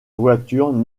voiture